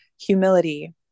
humility